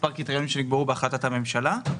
מספר קריטריונים שנקבעו בהחלטת הממשלה,